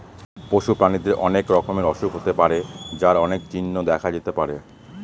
পশু প্রাণীদের অনেক রকমের অসুখ হতে পারে যার অনেক চিহ্ন দেখা যেতে পারে